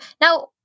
Now